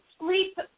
sleep